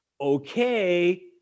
Okay